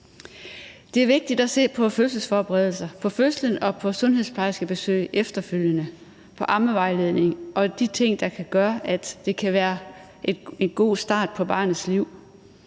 Det er vigtigt at se på fødselsforberedelser, på fødslen, på sundhedsplejerskebesøg efterfølgende, på ammevejledning og på de ting, der kan give en god start på barnets liv.